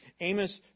Amos